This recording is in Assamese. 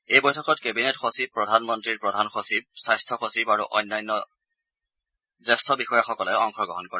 এই বৈঠকত কেবিনেট সচিব প্ৰধান মন্ত্ৰীৰ প্ৰধান সচিব স্বাস্থ্য সচিব আৰু সংশ্লিষ্ট অন্য জ্যেষ্ঠ বিষয়াসকলে অংশগ্ৰহণ কৰে